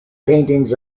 paintings